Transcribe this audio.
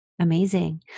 Amazing